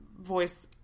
voice